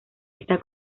está